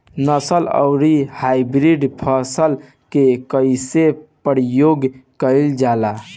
नस्ल आउर हाइब्रिड फसल के कइसे प्रयोग कइल जाला?